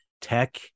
tech